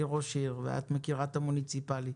ראש עיר ואת מכירה את המוניציפאלי.